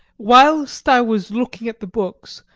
whilst i was looking at the books,